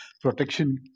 protection